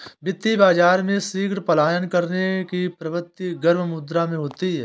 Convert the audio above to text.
वित्तीय बाजार में शीघ्र पलायन करने की प्रवृत्ति गर्म मुद्रा में होती है